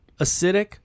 acidic